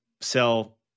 sell